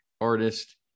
artist